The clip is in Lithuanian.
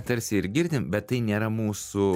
tarsi ir girdim bet tai nėra mūsų